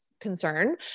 concern